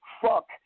fuck